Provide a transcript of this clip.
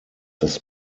das